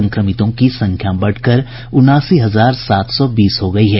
संक्रमितों की संख्या बढ़कर उनासी हजार सात सौ बीस हो गयी है